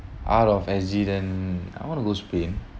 out of S_G then I want to go spain